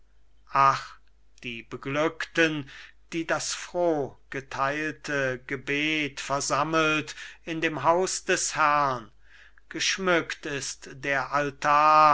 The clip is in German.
die beglückten die das froh geteilte gebet versammelt in dem haus des herrn geschmückt ist der altar